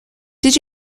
did